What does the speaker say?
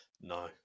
no